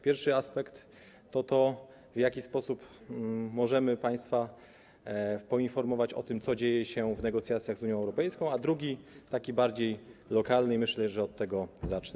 Pierwszy aspekt to to, w jaki sposób możemy państwa poinformować o tym, co dzieje się w negocjacjach z Unią Europejską, a drugi jest bardziej lokalny i myślę, że od niego zacznę.